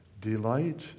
delight